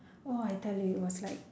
!wah! I tell you it was like